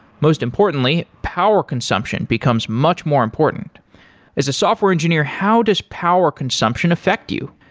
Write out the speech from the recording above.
most importantly, power consumption becomes much more important as a software engineer, how does power consumption affect you?